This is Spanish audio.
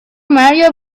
mario